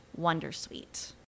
wondersuite